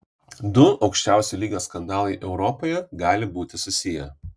du aukščiausio lygio skandalai europoje gali būti susiję